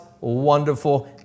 wonderful